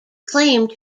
claimed